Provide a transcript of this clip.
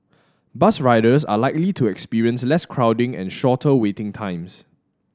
bus riders are likely to experience less crowding and shorter waiting times